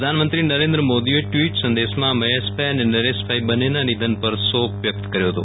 પ્રધાનમંત્રી નરેન્દ્ર મોદીએ ટવીટ સંદેશમાં મહેશભઆ અને નરેશભઆ બંનેના નિધન પર શોક વ્યકત કર્યો હતો